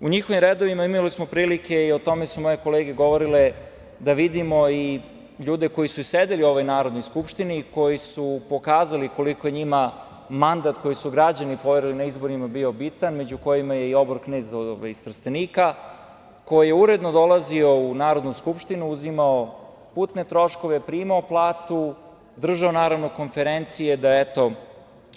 U njihovim redovima imali smo prilike, o tome su moje kolege govorile, da vidimo i ljude koji su sedeli u ovoj Narodnoj skupštini, koji su pokazali koliko njima mandat koji su građani poverili na izborima bio bitan, među kojima je i obor knez iz Trstenika, koji je uredno dolazio u Narodnu skupštinu, uzimao putne troškove, primao platu, držao naravno konferencije da, eto,